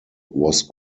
was